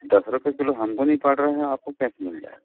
दस रुपए किलो हमको नहीं पड़ रहा है आपको कैसे मिल जाएगा